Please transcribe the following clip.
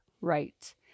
right